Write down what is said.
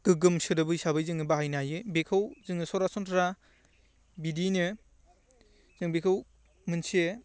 गोग्गोम सोदोब हिसाबै जोङो बाहायनो हायो बेखौ जोङो सरासनस्रा बिदियैनो जों बेखौ मोनसे